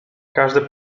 każde